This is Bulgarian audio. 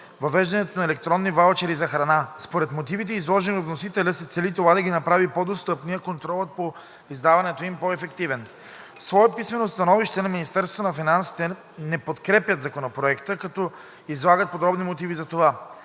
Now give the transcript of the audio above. въвеждането на електронни ваучери за храна. Според мотивите, изложени от вносителя, се цели това да ги направи по-достъпни, а контролът по издаването им – по-ефективен. В свое писмено становище от Министерството на финансите не подкрепят Законопроекта, като излагат подробни мотиви за това.